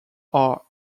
are